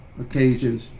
occasions